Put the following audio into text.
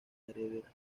heredera